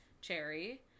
Cherry